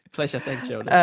pleasure, thanks, so yeah